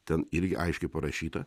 ten irgi aiškiai parašyta